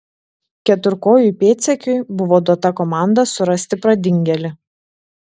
keturkojui pėdsekiui buvo duota komanda surasti pradingėlį